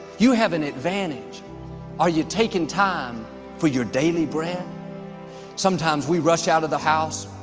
you have an advantage are you taking time for your daily bread sometimes we rush out of the house.